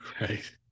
Right